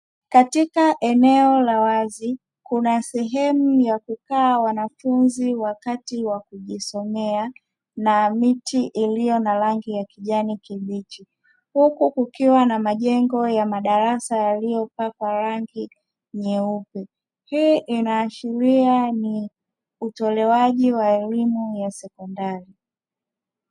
Katika eneo la wazi kuna sehemu ya kukaa wanafunzi wakati wa kujisomea na miti iliyo na rangi ya kijani kibichi, huku kukiwa na majengo ya madarasa yaliyopakwa rangi nyeupe. Hii inaashiria ni utolewaji wa elimu ya sekondari.